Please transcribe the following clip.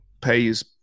pays